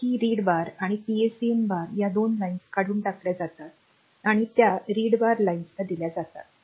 तर ही read bar आणि पीएसईएन बार या दोन लाइन्स काढून टाकल्या जातात आणि त्या रीड बार लाइनला दिल्या जातात